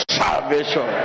salvation